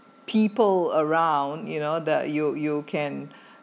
people around you know the you you can